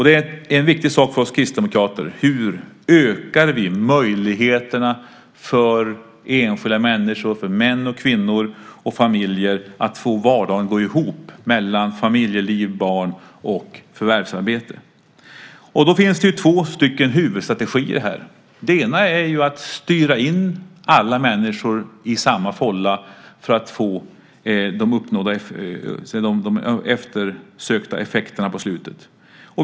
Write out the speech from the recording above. Det är en viktig sak för oss kristdemokrater hur vi ökar möjligheterna för enskilda människor, för män, kvinnor och familjer att få vardagen att gå ihop med familjeliv, barn och förvärvsarbete. Det finns två stycken huvudstrategier här. Den ena är att styra in alla människor i samma fålla för att få de eftersökta effekterna på slutet.